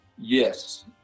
Yes